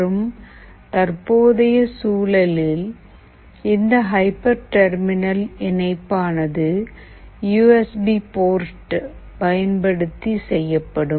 மற்றும் தற்போதைய சூழலில் இந்த ஹைப்பர்டெர்மினல் இணைப்பானது யூ எஸ் பி போர்ட் பயன்படுத்தி செய்யப்படும்